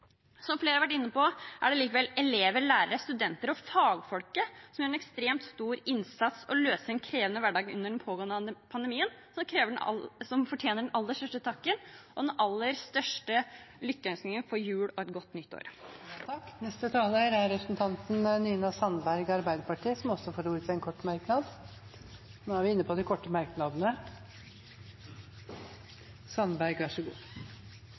Som flere har vært inne på, er det likevel elever, lærere, studenter og fagfolket, som gjør en ekstremt stor innsats og løser en krevende hverdag under den pågående pandemien, som fortjener den aller største takken og den aller største lykkønskningen om en god jul og et godt nytt år. Representanten Nina Sandberg har hatt ordet to ganger tidligere og får ordet til en kort merknad, begrenset til 1 minutt. Jeg